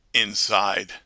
inside